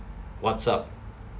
what's up